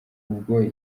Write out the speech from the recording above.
ubwo